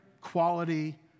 quality